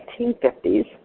1950s